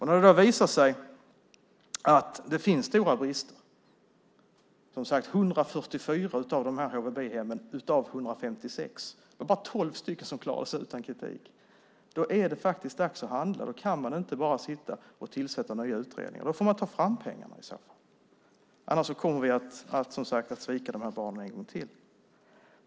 När det då visar sig att det finns stora brister - som sagt var på 144 av de 156 HVB-hemmen; det var bara 12 som klarade sig utan kritik - är det dags att handla. Då kan man inte bara sitta och tillsätta nya utredningar. Då får man ta fram pengarna. Annars kommer vi, som sagt, att svika de här barnen en gång till.